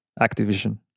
Activision